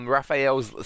Raphael's